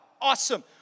Awesome